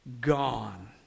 Gone